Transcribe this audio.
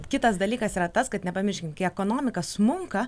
kitas dalykas yra tas kad nepamirškim kai ekonomika smunka